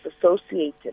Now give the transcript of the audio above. associated